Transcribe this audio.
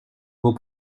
vos